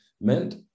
meant